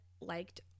liked